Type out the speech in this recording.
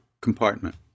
compartment